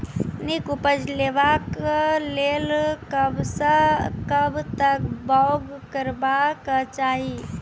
नीक उपज लेवाक लेल कबसअ कब तक बौग करबाक चाही?